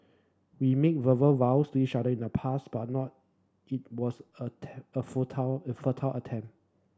we made verbal vows to each other in the past but not it was a a futile a futile attempt